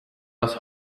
aus